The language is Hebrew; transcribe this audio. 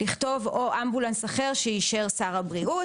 לכתוב "אמבולנס אחר שאישר שר הבריאות".